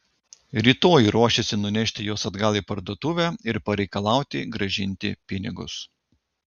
rytoj ruošėsi nunešti juos atgal į parduotuvę ir pareikalauti grąžinti pinigus